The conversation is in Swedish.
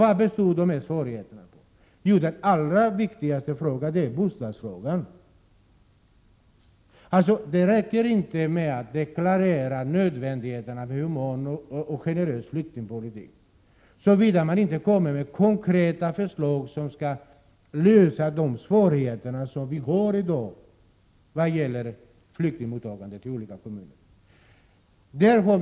Vad består dessa svårigheter då i? Den allra största svårigheten är bostadsfrågan. Det räcker inte att deklarera nödvändigheten av en human och generös flyktingpolitik såvida man inte kommer med konkreta förslag för att lösa de svårigheter som vi i dag har när det gäller flyktingmottagandet i olika kommuner.